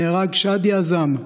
נהרג שאדי עזאם,